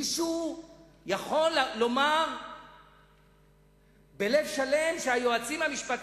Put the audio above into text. מישהו יכול לומר בלב שלם שהיועצים המשפטיים,